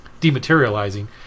dematerializing